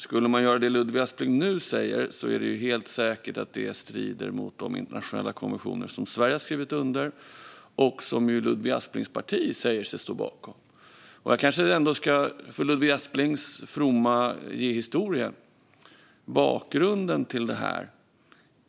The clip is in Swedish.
Skulle man göra det som Ludvig Aspling nu säger är det helt säkert att det strider mot de internationella konventioner som Sverige har skrivit under och som Ludvig Asplings parti säger sig stå bakom. Jag kanske ändå för Ludvig Asplings fromma ska ge historien och bakgrunden till detta.